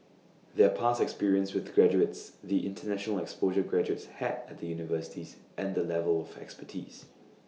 their past experience with the graduates the International exposure graduates had at the universities and the level of expertise